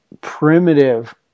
primitive